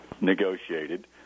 negotiated